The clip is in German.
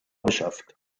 beschafft